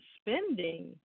spending